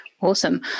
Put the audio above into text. Awesome